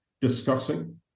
discussing